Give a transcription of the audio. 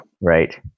Right